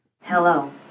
Hello